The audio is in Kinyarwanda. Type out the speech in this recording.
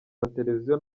mateleviziyo